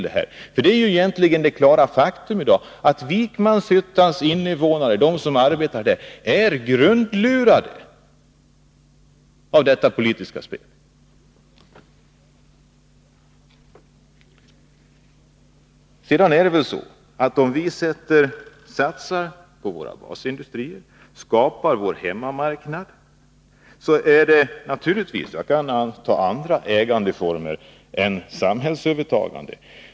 Det är ett klart faktum i dag att de som arbetar i Vikmanshyttan är grundlurade av detta politiska spel. Sedan är det väl så, om vi satsar på våra basindustrier och skapar vår hemmamarknad, att andra ägandeformer än samhällsövertagande kan komma i fråga.